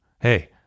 Hey